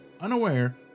unaware